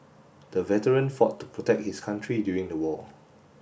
the veteran fought to protect his country during the war